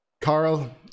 Carl